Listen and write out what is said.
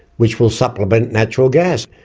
which will supplement natural gas.